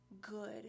good